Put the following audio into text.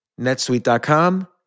netsuite.com